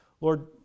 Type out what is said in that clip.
Lord